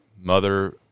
mother